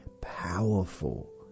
powerful